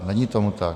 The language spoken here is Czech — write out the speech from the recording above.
Není tomu tak.